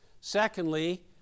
Secondly